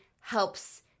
helps